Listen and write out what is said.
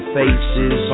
faces